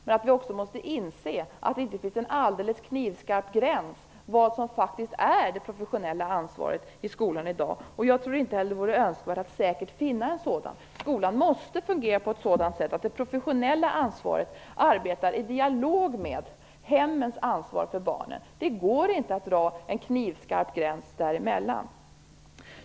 Men vi måste också inse att det inte finns en alldeles knivskarp gräns för vad som faktiskt är det professionella ansvaret i skolan i dag. Jag tror inte heller att det vore önskvärt att säkert finna en sådan. Skolan måste fungera på ett sådant sätt att det professionella ansvaret arbetar i dialog med hemmens ansvar för barnen. Det går inte att dra en knivskarp gräns där emellan.